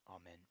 Amen